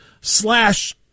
slash